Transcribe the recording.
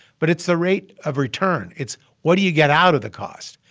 but it's the rate of return. it's what do you get out of the cost.